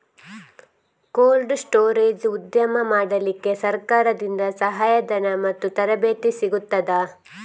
Cold storage ಉದ್ಯಮ ಮಾಡಲಿಕ್ಕೆ ಸರಕಾರದಿಂದ ಸಹಾಯ ಧನ ಮತ್ತು ತರಬೇತಿ ಸಿಗುತ್ತದಾ?